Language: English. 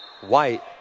White